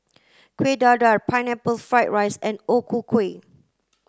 Kuih Dadar pineapple fried rice and O Ku Kueh